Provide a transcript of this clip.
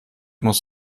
muss